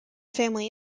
family